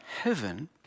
heaven